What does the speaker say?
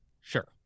Sure